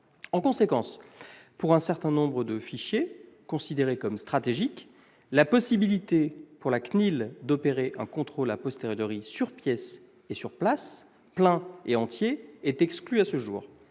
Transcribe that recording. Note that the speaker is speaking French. En conséquence, pour un certain nombre de fichiers considérés comme stratégiques, la possibilité pour la CNIL d'opérer un contrôle sur pièce et sur place, plein et entier, est exclue à ce jour.